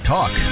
Talk